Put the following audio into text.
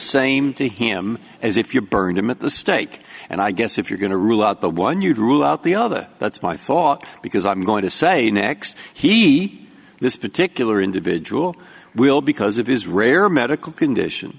same to him as if you burned him at the stake and i guess if you're going to rule out the one you'd rule out the other that's my thought because i'm going to say next he this particular individual will because of his rare medical condition